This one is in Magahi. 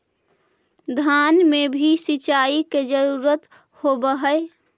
धान मे भी सिंचाई के जरूरत होब्हय?